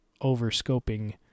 over-scoping